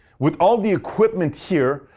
with all the equipment here,